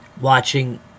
Watching